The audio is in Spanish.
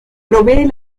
provee